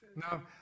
Now